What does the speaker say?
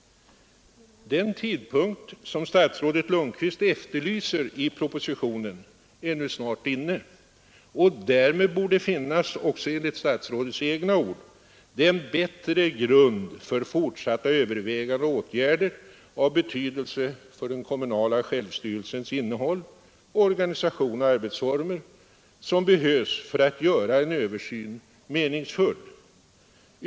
Den tidpunkt som statsrådet Lundkvist efterlyser i propositionen är nu snart inne, och därmed borde finnas, också enligt statsrådets egna ord, den bättre grund för fortsatta överväganden och åtgärder av betydelse för den kommunala självstyrelsens innehåll, organisation och arbetsformer som behövs för att göra en översyn meningsfull.